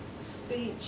speech